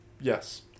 Yes